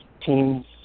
teams